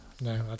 No